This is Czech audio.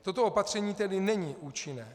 Toto opatření tedy není účinné.